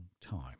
time